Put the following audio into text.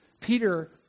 Peter